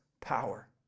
power